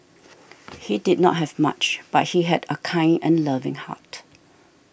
he did not have much but he had a kind and loving heart